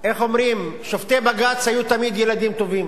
איך אומרים, שופטי בג"ץ היו תמיד ילדים טובים